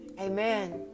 amen